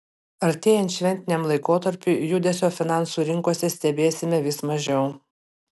artėjant šventiniam laikotarpiui judesio finansų rinkose stebėsime vis mažiau